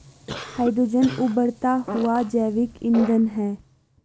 hydrogen उबरता हुआ जैविक ईंधन है